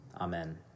amen